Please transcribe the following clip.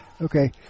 Okay